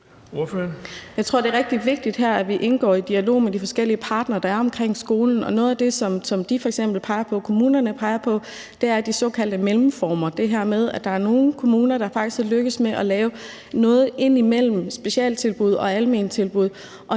Jeg tror, det er rigtig vigtigt her, at vi indgår i dialog med de forskellige partnere, der er omkring skolen, og noget af det, som kommunerne f.eks. peger på, er de såkaldte mellemformer. Det er det her med, at der er nogle kommuner, der faktisk er lykkedes med at lave noget, der ligger imellem specialtilbud og almentilbud,